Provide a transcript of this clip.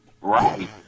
Right